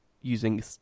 using